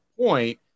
point